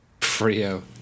Frio